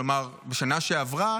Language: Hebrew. כלומר בשנה שעברה,